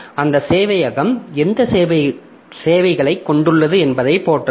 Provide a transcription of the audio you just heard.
எந்த சேவையகம் எந்த சேவைகளைக் கொண்டுள்ளது என்பதைப் போன்றது